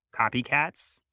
copycats